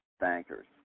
bankers